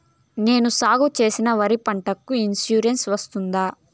నేను సాగు చేసిన వరి పంటకు ఇన్సూరెన్సు వస్తుందా?